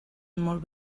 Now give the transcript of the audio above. molt